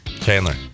Chandler